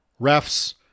Refs